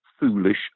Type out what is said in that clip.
foolish